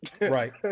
Right